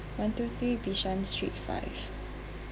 one two three bishan street five